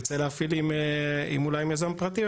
כשתרצה להפעיל אולי עם יזם פרטי,